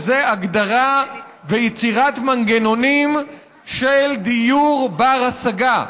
וזו הגדרה ויצירת מנגנונים של דיור בר-השגה,